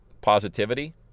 positivity